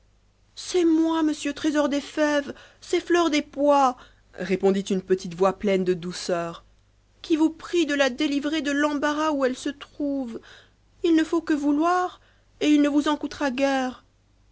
c'est moi monsieur trésor des fèves c'est fleur des pois répondit une petite voix pleine de douceur qui vous prie de la délivrer de l'embarras où elle se trouve il ne faut que vouloir et il ne vous en coûtera guère